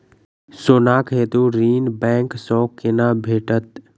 सोनाक हेतु ऋण बैंक सँ केना भेटत?